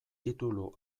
titulu